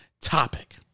topic